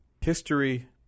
history